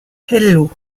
hello